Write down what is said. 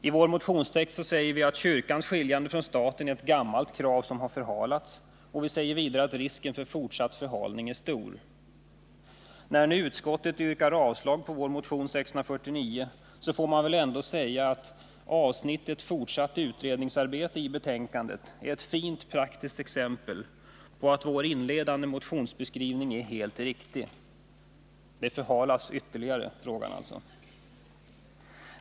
I vår motionstext säger vi att kyrkans skiljande från staten är ett gammalt krav som har förhalats. Vi säger vidare att risken för vidare förhalning är stor. När nu utskottet yrkar avslag på vår motion 649 får man ändå säga att avsnittet ”Fortsatt utredningsarbete” i utskottsbetänkandet är ett fint praktiskt exempel på att vår inledande beskrivning i motionen är helt riktig. Frågan förhalas ytterligare.